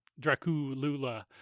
Draculula